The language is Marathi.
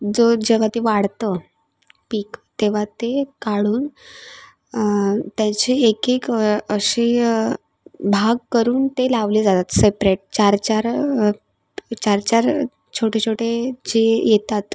जो जेव्हा ते वाढतं पीक तेव्हा ते काढून त्याची एकेक अशी भाग करून ते लावले जातात सेपरेट चार चार चार चार छोटे छोटे जे येतात